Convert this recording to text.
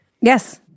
yes